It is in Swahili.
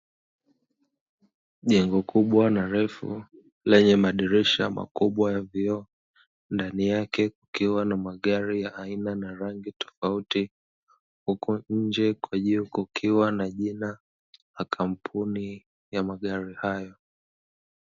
Jengo kubwa na refu lenye madirisha ya vioo ndani yake kukiwa na magari ya aina tofauti, sehemu ya nje ikiwa na jina la kampuni ya magari hayo.